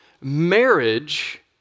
marriage